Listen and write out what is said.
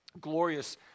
Glorious